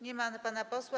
Nie ma pana posła.